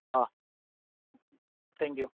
હા થેન્ક્યુ